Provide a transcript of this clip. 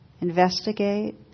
investigate